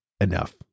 Enough